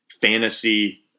fantasy